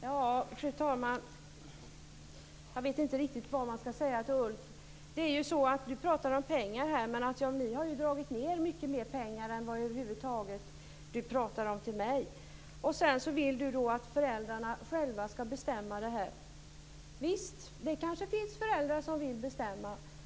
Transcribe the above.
Fru talman! Jag vet inte riktigt vad jag skall säga till Ulf Kristersson. Han talar om pengar, men moderaterna har ju dragit ned mycket mer än vad han talar om. Han vill att föräldrarna själva skall bestämma. Visst, det kanske finns föräldrar som vill bestämma.